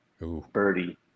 birdie